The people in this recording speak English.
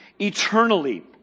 eternally